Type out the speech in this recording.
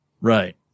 right